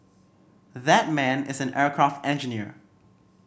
that man is an aircraft engineer